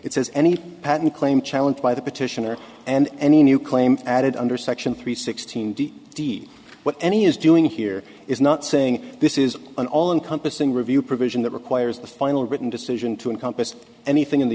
it says any patent claim challenge by the petitioner and any new claim added under section three sixteen d d what any is doing here is not saying this is an all encompassing review provision that requires the final written decision to encompass anything in the